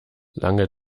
lange